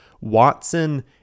Watson